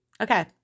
Okay